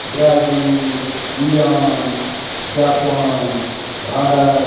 Brazil Iran Japan Bharat